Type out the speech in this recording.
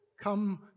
Come